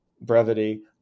brevity